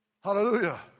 Hallelujah